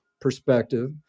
perspective